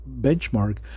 benchmark